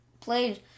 played